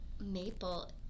maple